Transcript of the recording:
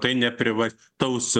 tai ne privataus